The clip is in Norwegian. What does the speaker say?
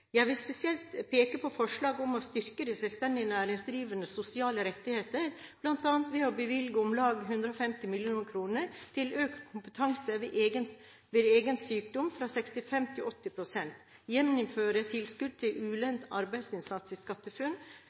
Jeg vil spesielt peke på forslag om å styrke de selvstendig næringsdrivendes sosiale rettigheter bl.a. ved å bevilge om lag 105 mill. kroner til økt kompensasjon ved egen sykdom fra 65 til 80 pst., gjeninnføre tilskudd til ulønnet arbeidsinnsats i SkatteFUNN,